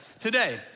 today